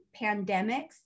pandemics